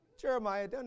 Jeremiah